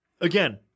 Again